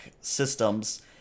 systems